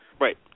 Right